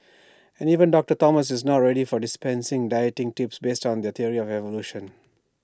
and even doctor Thomas is not ready to dispense dieting tips based on this theory of evolution